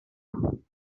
one